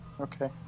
Okay